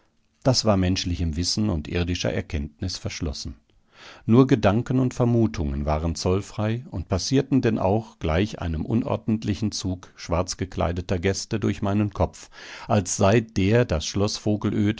das war menschlichem wissen und irdischer erkenntnis verschlossen nur gedanken und vermutungen waren zollfrei und passierten denn auch gleich einem unordentlichen zug schwarzgekleideter gäste durch meinen kopf als sei der das schloß vogelöd